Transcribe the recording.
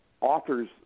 authors